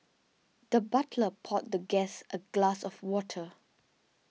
the butler poured the guest a glass of water